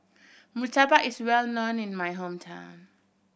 murtabak is well known in my hometown